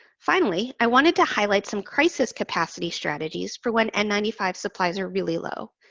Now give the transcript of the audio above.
finally, i wanted to highlight some crisis capacity strategies for when n nine five supplies are really low.